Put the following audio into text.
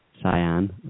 cyan